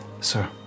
sir